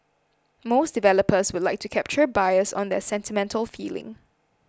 most developers would like to capture buyers on their sentimental feeling